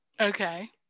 okay